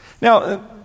Now